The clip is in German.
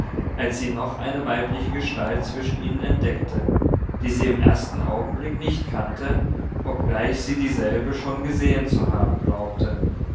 als sie noch eine weibliche gestalt zwischen ihnen entdeckte die sie im ersten augenblick nicht kannte obgleich sie dieselbe schon gesehen zu haben glaubte